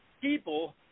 people